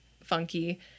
funky